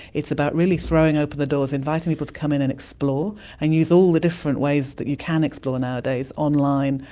it's about really throwing open the doors, inviting people to come in and explore and use all the different ways that you can explore nowadays online,